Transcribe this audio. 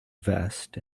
vest